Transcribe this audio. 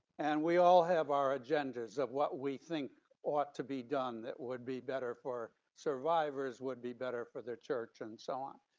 and we all have our agendas of what we think ought to be done that would be better for survivor's would be better for their church and so on.